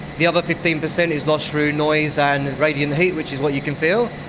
the other fifteen percent is lost through noise and radiant heat, which is what you can feel.